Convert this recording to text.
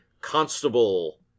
constable